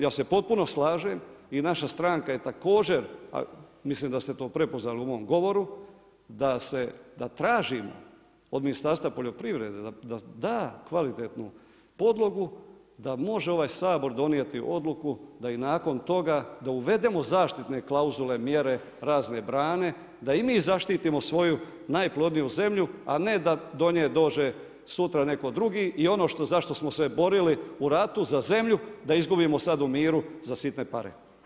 Ja se potpuno slažem i naša stranka je također, mislim da ste to prepoznali u mom govoru, da tražimo od Ministarstva poljoprivrede da da kvalitetnu podlogu, da može ovaj Sabor donijeti odluku da i nakon toga uvedemo zaštitne klauzule, mjere, razne brane, da i mi zaštitimo svoju najplodniju zemlju a ne da do nje dođe sutra netko drugi i ono za što smo se borili, u ratu, za zemlju da izgubimo sad u miru za sitne pare.